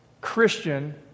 Christian